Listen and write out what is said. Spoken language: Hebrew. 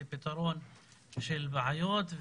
לפתרון של בעיות,